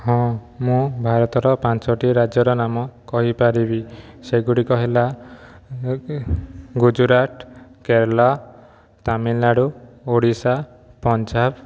ହଁ ମୁଁ ଭାରତର ପାଞ୍ଚୋଟି ରାଜ୍ୟର ନାମ କହିପାରିବି ସେଗୁଡ଼ିକ ହେଲା ଏହିକି ଗୁଜୁରାଟ କେରଲା ତାମିଲନାଡ଼ୁ ଓଡ଼ିଶା ପଞ୍ଜାବ